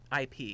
IP